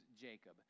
Jacob